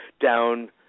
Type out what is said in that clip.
down